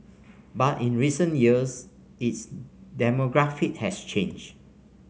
but in recent years its demographic has changed